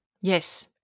Yes